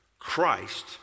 Christ